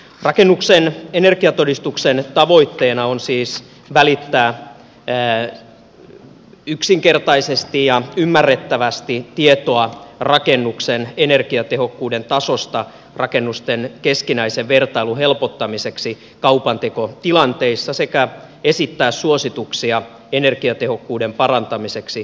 rakennuksen energiatodistuksen tavoitteena on siis välittää yksinkertaisesti ja ymmärrettävästi tietoa rakennuksen energiatehokkuuden tasosta rakennusten keskinäisen vertailun helpottamiseksi kaupantekotilanteissa sekä esittää suosituksia energiatehokkuuden parantamiseksi kustannustehokkaasti